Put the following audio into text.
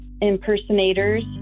impersonators